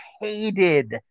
hated